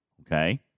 Okay